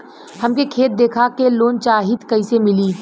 हमके खेत देखा के लोन चाहीत कईसे मिली?